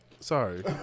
Sorry